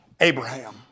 Abraham